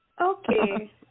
Okay